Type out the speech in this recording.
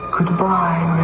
Goodbye